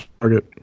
target